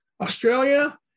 australia